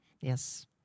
Yes